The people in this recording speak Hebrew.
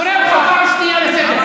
אתה כפוי טובה.